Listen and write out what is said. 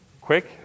Quick